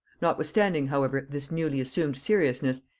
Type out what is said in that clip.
notwithstanding however this newly assumed seriousness,